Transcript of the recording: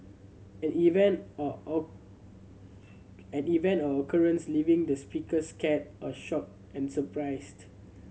an event or or and event or occurrence leaving the speakers scared or shocked and surprised